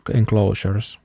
enclosures